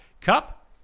Cup